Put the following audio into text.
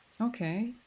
Okay